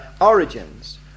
origins